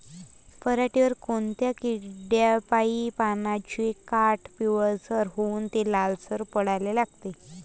पऱ्हाटीवर कोनत्या किड्यापाई पानाचे काठं पिवळसर होऊन ते लालसर पडाले लागते?